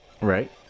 Right